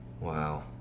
wow